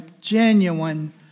genuine